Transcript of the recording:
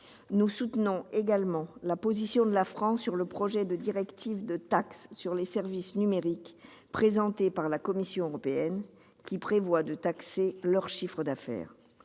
Nous soutenons également la position de la France sur le projet de directive instaurant une taxe sur les services numériques, présenté par la Commission européenne, qui prévoit de taxer le chiffre d'affaires